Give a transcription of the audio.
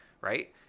right